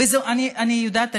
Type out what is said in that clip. אני יודעת.